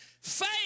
Faith